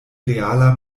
reala